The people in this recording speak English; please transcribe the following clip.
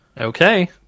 Okay